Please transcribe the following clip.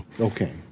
Okay